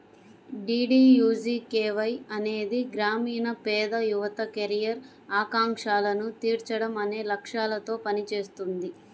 DDUGKY అనేది గ్రామీణ పేద యువత కెరీర్ ఆకాంక్షలను తీర్చడం అనే లక్ష్యాలతో పనిచేస్తుంది